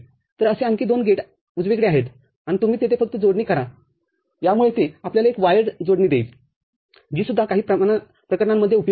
तर असे आणखी दोन गेट तिथे उजवीकडे आहेत आणि तुम्ही येथे फक्त जोडणी करा यामुळे ते आपल्याला एक वायर्ड AND जोडणी देईल जी सुद्धा काही प्रकरणांमध्ये उपयुक्त आहे